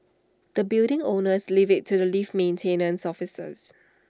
the building owners leave IT to the lift maintenance officers